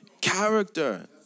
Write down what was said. Character